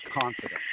confidence